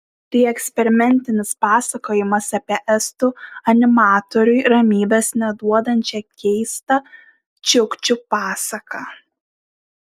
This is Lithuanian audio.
tai eksperimentinis pasakojimas apie estų animatoriui ramybės neduodančią keistą čiukčių pasaką